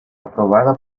aprobada